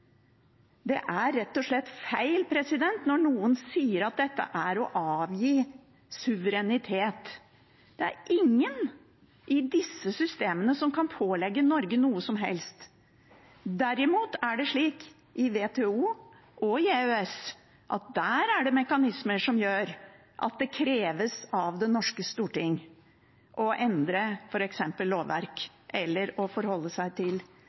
Det er rett og slett feil når noen sier at dette er å avgi suverenitet. Det er ingen i disse systemene som kan pålegge Norge noe som helst. Derimot er det i WTO og i EØS mekanismer som gjør at det kreves av det norske storting å endre f.eks. lovverk eller å forholde seg til